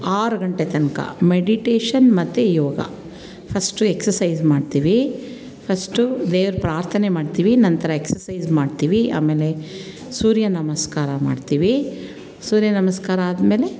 ಆರು ಗಂಟೆ ತನಕ ಮೆಡಿಟೇಶನ್ ಮತ್ತು ಯೋಗ ಫಸ್ಟು ಎಕ್ಸರ್ಸೈಸ್ ಮಾಡ್ತೀವಿ ಫಸ್ಟು ದೇವ್ರ ಪ್ರಾರ್ಥನೆ ಮಾಡ್ತೀವಿ ನಂತರ ಎಕ್ಸರ್ಸೈಸ್ ಮಾಡ್ತೀವಿ ಆಮೇಲೆ ಸೂರ್ಯ ನಮಸ್ಕಾರ ಮಾಡ್ತೀವಿ ಸೂರ್ಯ ನಮಸ್ಕಾರ ಆದ್ಮೇಲೆ